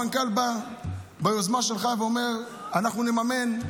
המנכ"ל בא ביוזמה שלך ואומר, אנחנו נממן.